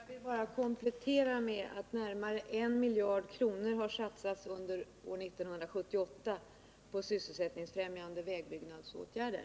Herr talman! Jag vill bara komplettera med att närmare en miljard kronor har satsats under år 1978 på sysselsättningsfrämjande vägbyggnadsåtgärder.